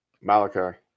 Malachi